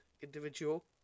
individual